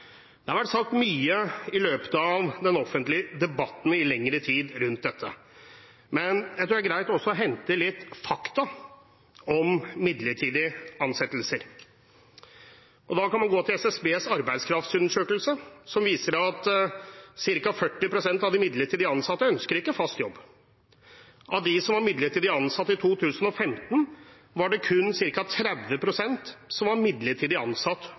Det har vært sagt mye rundt dette i den offentlige debatten i lengre tid. Men jeg tror det også er greit å hente inn litt fakta om midlertidige ansettelser. Da kan man gå til SSBs arbeidskraftundersøkelse, som viser at ca. 40 pst. av de midlertidig ansatte ikke ønsker fast jobb. Av dem som var midlertidig ansatt i 2015, var det kun ca. 30 pst. som var midlertidig ansatt